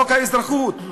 חוק האזרחות,